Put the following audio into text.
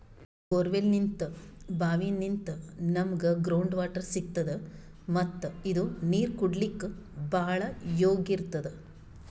ಬೋರ್ವೆಲ್ನಿಂತ್ ಭಾವಿನಿಂತ್ ನಮ್ಗ್ ground water ಸಿಗ್ತದ ಮತ್ತ್ ಇದು ನೀರ್ ಕುಡ್ಲಿಕ್ಕ್ ಭಾಳ್ ಯೋಗ್ಯ್ ಇರ್ತದ್